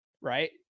right